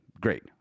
great